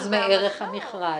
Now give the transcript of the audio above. זה כבר מתחיל להיות 10% מערך המכרז.